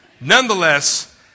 Nonetheless